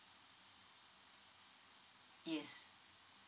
yes